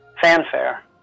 fanfare